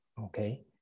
Okay